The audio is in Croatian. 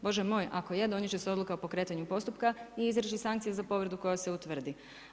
Bože moj ako je donijeti će se odluka o pokretanju postupka i izreći sankcije za povredu koja se utvrdi.